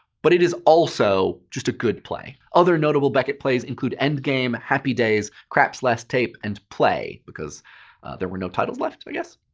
but it is also a good play. other notable beckett plays include endgame, happy days, krapp's last tape, and play, because there were no titles left, i guess.